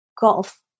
golf